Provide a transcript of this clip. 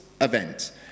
event